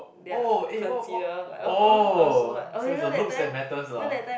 oh eh what what oh so is the looks that matters lah